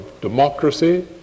democracy